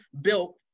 built